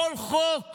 כל חוק